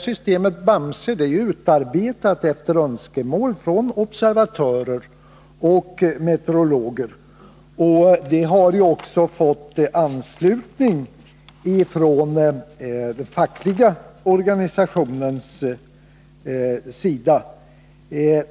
Systemet BAMSE är utarbetat efter önskemål från observatörer och meterologer, och det har också fått anslutning från den fackliga organisationen.